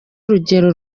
rugero